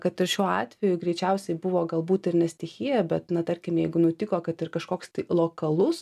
kad ir šiuo atveju greičiausiai buvo galbūt ir ne stichija bet na tarkim jeigu nutiko kad ir kažkoks tai lokalus